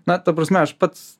na ta prasme aš pats